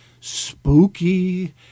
spooky